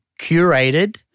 curated